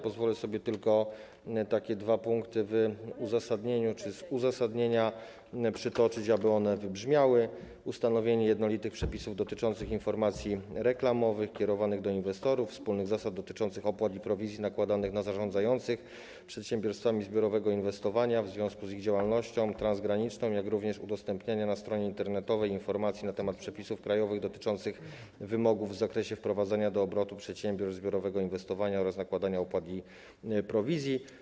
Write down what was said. Pozwolę sobie przytoczyć tylko dwa punkty z uzasadnienia, aby one wybrzmiały: ustanowienie jednolitych przepisów dotyczących informacji reklamowych kierowanych do inwestorów, wspólnych zasad dotyczących opłat i prowizji nakładanych na zarządzających przedsiębiorstwami zbiorowego inwestowania w związku z ich działalnością transgraniczną, jak również udostępniania na stronie internetowej informacji na temat przepisów krajowych dotyczących wymogów w zakresie wprowadzania do obrotu przedsiębiorstw zbiorowego inwestowania oraz nakładania opłat i prowizji.